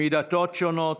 מדתות שונות,